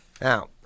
Now